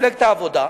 מפלגת העבודה,